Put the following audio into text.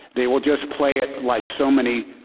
they will just play it like so many